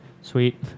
Sweet